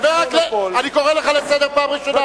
חבר הכנסת, אני קורא לך לסדר פעם ראשונה.